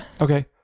Okay